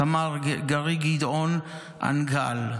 סמ"ר גרי גדעון הנגהל,